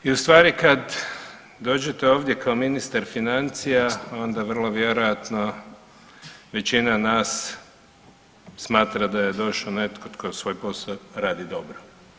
I ustvari kad dođete ovdje kao ministar financija onda vrlo vjerojatno većina nas smatra da je došao netko tko svoj posao radi dobro.